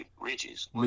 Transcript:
riches